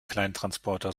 kleintransporter